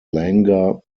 langer